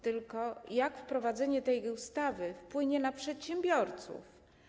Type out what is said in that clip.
Tylko jak wprowadzenie tej ustawy wpłynie na przedsiębiorców?